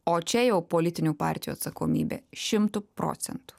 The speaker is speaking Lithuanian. o čia jau politinių partijų atsakomybė šimtu procentų